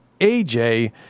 AJ